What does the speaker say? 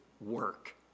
work